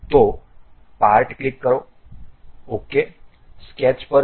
તો part click કરો ઠીક છે સ્કેચ પર જાઓ